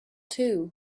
too